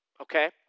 okay